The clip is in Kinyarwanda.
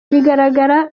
biragaragara